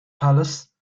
palace